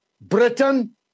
Britain